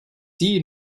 sie